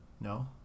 No